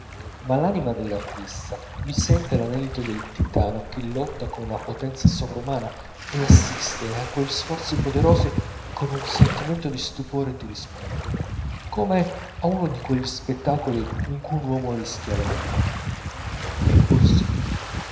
ma l'anima dell'artista vi sente l'anelito del titano che lotta con una potenza sovrumana e assiste a quegli sforzi poderosi con un sentimento di stupore e di rispetto come a uno di quegli spettacoli in cui un uomo rischia la vita eppure si